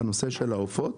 בנושא של העופות,